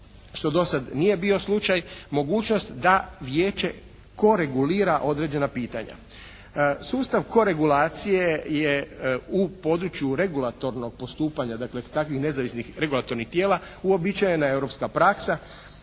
što do sada nije bilo slučaj mogućnost da vijeće koregulira određena pitanja. Sustav koregulacije je u području regulatornog postupanja, dakle takvih nezavisnih regulatornih tijela uobičajena europska praksa